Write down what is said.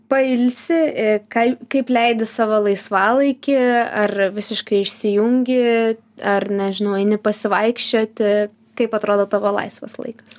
pailsi kal kaip leidi savo laisvalaikį ar visiškai išsijungi ar nežinau eini pasivaikščioti kaip atrodo tavo laisvas laikas